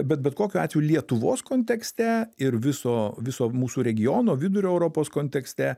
bet bet kokiu atveju lietuvos kontekste ir viso viso mūsų regiono vidurio europos kontekste